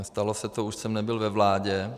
Stalo se to, když už jsem nebyl ve vládě.